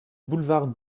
boulevard